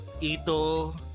ito